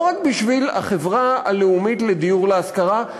לא רק בשביל החברה הלאומית לדיור ולהשכרה,